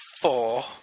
four